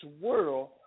world